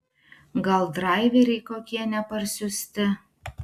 gal draiveriai kokie neparsiųsti